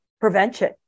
prevention